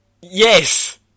Yes